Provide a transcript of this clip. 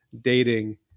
dating